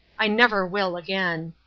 i never will again.